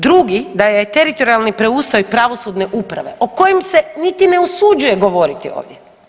Drugi da je teritorijalni preustroj pravosudne uprave o kojem se niti ne usuđuje govoriti ovdje.